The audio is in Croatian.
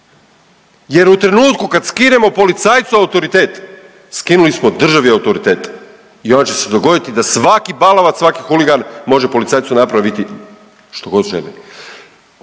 Jer u trenutku kad skinemo policajcu autoritet skinuli smo državi autoritet i onda će se dogoditi da svaki balavac, svaki huligan može policajcu napraviti što god želi